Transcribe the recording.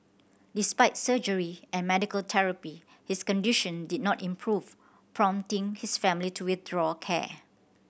despite surgery and medical therapy his condition did not improve prompting his family to withdraw care